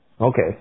Okay